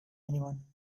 anyone